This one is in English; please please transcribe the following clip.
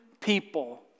people